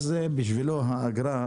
אז בשבילו האגרה,